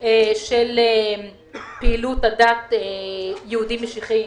של פעילות הדת יהודיים משיחיים.